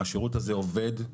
השירות הזה עובד,